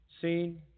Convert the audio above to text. seen